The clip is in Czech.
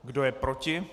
Kdo je proti?